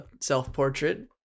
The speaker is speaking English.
self-portrait